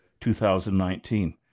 2019